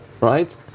right